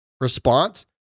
response